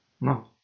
No